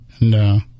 No